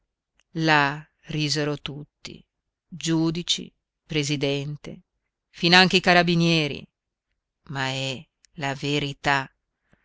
giurare là risero tutti giudici presidente finanche i carabinieri ma è la verità